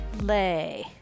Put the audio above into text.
lay